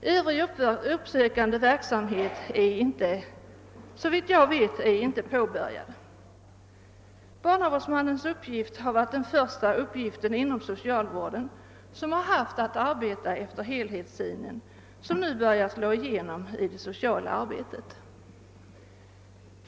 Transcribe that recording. Övrig uppsökande verksamhet är såvitt jag vet inte ens påbörjad. Barnavårdsmannens uppgift har varit den första inom socialvården där man arbetat efter den helhetssyn som nu har börjat slå igenom i det sociala arbetet.